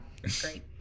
great